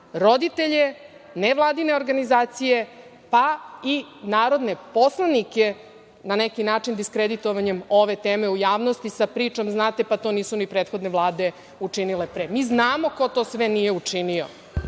roditelje, nevladine organizacije, pa i narodne poslanike na neki način, diskreditovanjem ove teme u javnosti sa pričom, znate pa to nisu ni prethodne vlade učinile pre. Mi znamo ko to sve nije učinio.